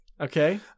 Okay